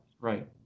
right